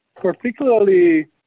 particularly